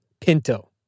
Pinto